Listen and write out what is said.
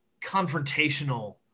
confrontational